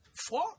four